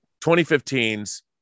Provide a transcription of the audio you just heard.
2015's